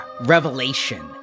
Revelation